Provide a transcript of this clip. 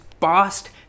past